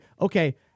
okay